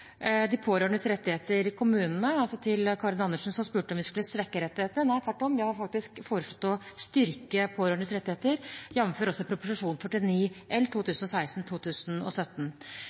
de pårørendes rettigheter i kommunene. Til Karin Andersen som spurte om vi skulle svekke rettighetene: Nei, tvert om, vi har faktisk foreslått å styrke de pårørendes rettigheter, jf. Prop. 49 L